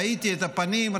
ראיתי את הפנים,